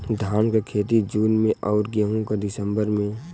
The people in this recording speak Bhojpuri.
धान क खेती जून में अउर गेहूँ क दिसंबर में?